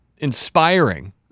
inspiring